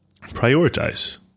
prioritize